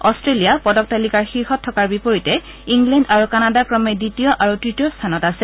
Australia পদক তালিকাৰ শীৰ্ষত থকাৰ বিপৰীতে ইংলেণ্ড আৰু কানাডা ক্ৰমে দ্বিতীয় আৰু তৃতীয় স্থানত আছে